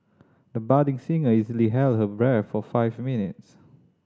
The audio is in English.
the budding singer easily held her breath for five minutes